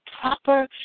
proper